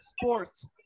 sports